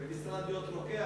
להיות רוקח,